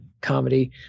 comedy